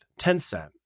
Tencent